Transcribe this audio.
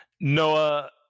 Noah